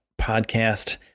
podcast